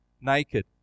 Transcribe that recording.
naked